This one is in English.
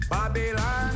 Babylon